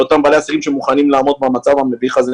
לאותם בעלי עסקים שמוכנים לעמוד במצב המביך הזה,